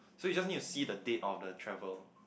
so you just need to see the date of the travel